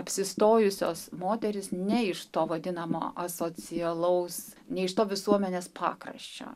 apsistojusios moterys ne iš to vadinamo asocialaus ne iš to visuomenės pakraščio